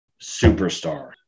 superstar